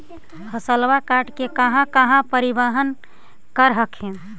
फसल कटल के बाद कहा कहा परिबहन कर हखिन?